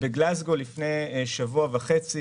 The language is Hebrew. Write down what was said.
בגלזגו לפני שבוע וחצי